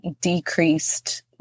decreased